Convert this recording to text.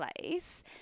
place